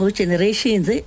generations